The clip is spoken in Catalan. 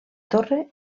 torre